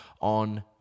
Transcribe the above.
on